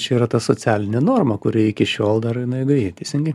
čia yra ta socialinė norma kuri iki šiol dar jinai gaji teisingai